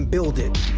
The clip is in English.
build it.